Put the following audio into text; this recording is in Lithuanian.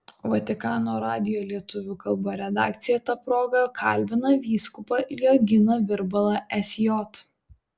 vatikano radijo lietuvių kalba redakcija ta proga kalbina vyskupą lionginą virbalą sj